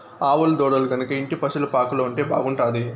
ఆవుల దూడలు గనక ఇంటి పశుల పాకలో ఉంటే బాగుంటాది